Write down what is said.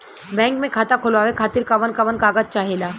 Bank मे खाता खोलवावे खातिर कवन कवन कागज चाहेला?